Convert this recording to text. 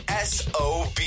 SOB